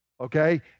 okay